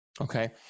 Okay